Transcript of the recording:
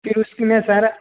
फिर उस में सारा